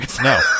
No